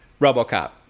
RoboCop